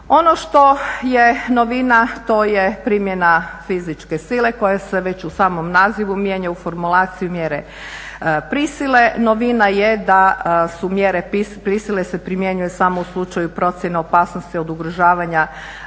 Ono što je novina to je primjena fizičke sile koja se već u samom nazivu mijenja u formulaciju mjere prisile. Novina je da su mjere prisile se primjenjuju samo u slučaju procjene opasnosti od ugrožavanja